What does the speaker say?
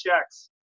checks